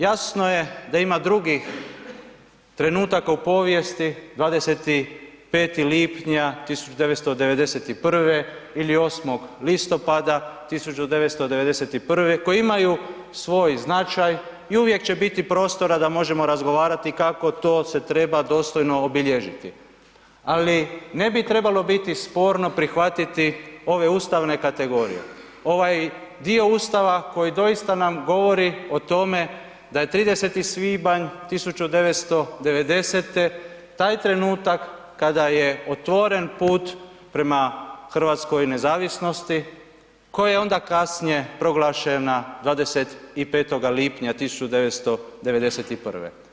Jasno je da ima drugih trenutaka u povijesti 25. lipnja 1991. ili 8. listopada 1991. koji imaju svoj značaj i uvijek će biti prostora da možemo razgovarati kako to se treba dostojno obilježiti, ali ne bi trebalo biti sporno prihvatiti ove ustavne kategorije, ovaj dio Ustava koji doista nam govori o tome da je 30. svibanj 1990. taj trenutak kada je otvoren put prema hrvatskoj nezavisnosti koja je onda kasnije proglašena 25. lipnja 1991.